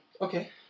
Okay